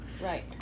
Right